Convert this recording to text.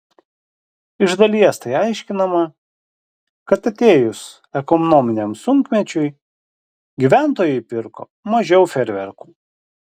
iš dalies tai aiškinama kad atėjus ekonominiam sunkmečiui gyventojai pirko mažiau fejerverkų